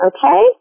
Okay